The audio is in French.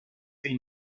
fait